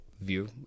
view